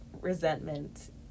resentment